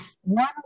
One